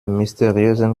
mysteriösen